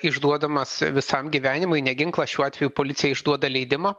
išduodamas visam gyvenimui ne ginklą šiuo atveju policija išduoda leidimą